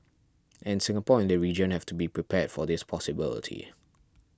and Singapore and the region have to be prepared for this possibility